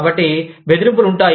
కాబట్టి బెదిరింపులు ఉంటాయి